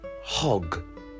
Hog